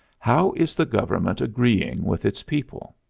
how is the government agreeing with its people?